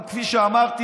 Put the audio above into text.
אבל כפי שאמרתי,